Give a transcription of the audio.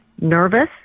nervous